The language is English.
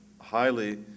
highly